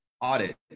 audit